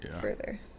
further